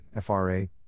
FRA